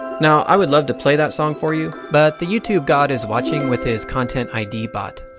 now, i would love to play that song for you, but the youtube god is watching with his content id bot.